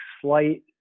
slight